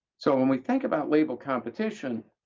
so when we think about label competition,